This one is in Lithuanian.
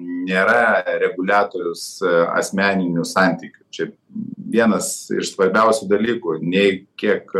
nėra reguliatorius asmeninių santykių čia vienas iš svarbiausių dalykų nei kiek